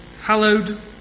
hallowed